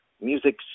music